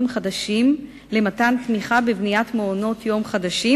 חדשים למתן תמיכה לבניית מעונות-יום חדשים,